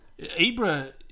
Ibra